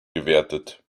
gewertet